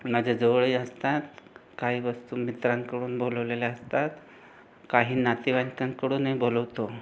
माझ्याजवळही असतात काही वस्तू मित्रांकडून बोलवलेल्या असतात काही नातेवाईकांकडूनही बोलवतो